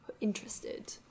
interested